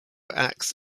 acts